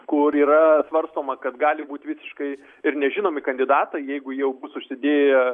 kur yra svarstoma kad gali būt visiškai ir nežinomi kandidatai jeigu jau bus užsidėję